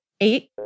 Eight